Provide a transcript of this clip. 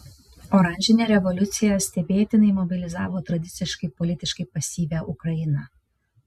oranžinė revoliucija stebėtinai mobilizavo tradiciškai politiškai pasyvią ukrainą